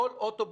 כל אוטובוס,